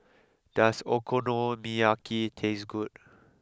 does Okonomiyaki taste good